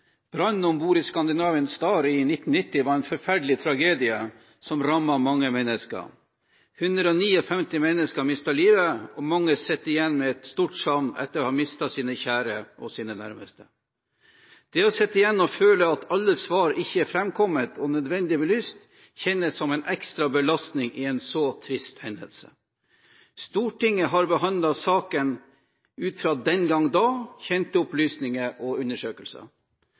mange sitter igjen med et stort savn etter å ha mistet sine kjære og sine nærmeste. Det å sitte igjen og føle at alle svar ikke er framkommet og nødvendig belyst, kjennes som en ekstra belastning etter en så trist hendelse. Stortinget har behandlet saken ut fra den gang da, kjente opplysninger og undersøkelser.